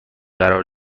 قرار